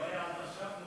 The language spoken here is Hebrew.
לא היה עד עכשיו?